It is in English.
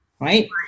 right